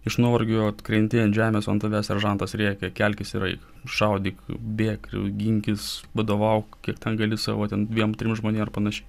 iš nuovargio atkrenti ant žemės ant tavęs seržantas rėkia kelkis ir eik šaudyk bėk ginkis vadovauk kiek ten gali savo ten dviem trim žmonėm ar panašiai